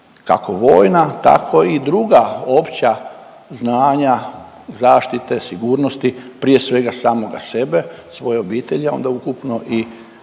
kako vojna tako i druga opća znanja zaštite sigurnosti, prije svega samoga sebe, svoje obitelji, a onda ukupno i